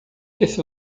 esse